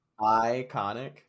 Iconic